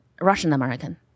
Russian-American